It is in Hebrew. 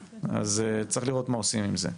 אז צריך לראות מה עושים עם זה.